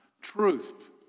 Truth